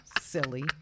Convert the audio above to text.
Silly